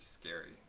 scary